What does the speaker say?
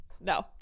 no